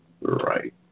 Right